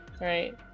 Right